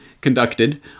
conducted